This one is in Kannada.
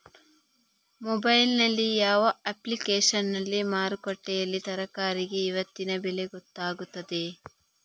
ಮೊಬೈಲ್ ನಲ್ಲಿ ಯಾವ ಅಪ್ಲಿಕೇಶನ್ನಲ್ಲಿ ಮಾರುಕಟ್ಟೆಯಲ್ಲಿ ತರಕಾರಿಗೆ ಇವತ್ತಿನ ಬೆಲೆ ಗೊತ್ತಾಗುತ್ತದೆ?